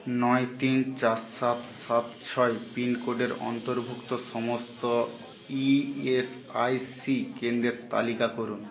নয় তিন চার সাত সাত ছয় পিনকোডের অন্তর্ভুক্ত সমস্ত ই এস আই সি কেন্দ্রের তালিকা করুন